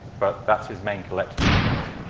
but that's his main collecting interest.